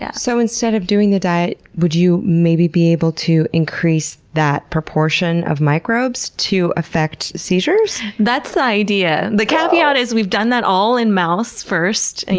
yeah so instead of doing the diet, would you maybe be able to increase that proportion of microbes to affect seizures? that's the idea. the caveat is we've done that all in-mouse first, and